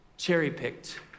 cherry-picked